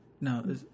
No